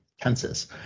tenses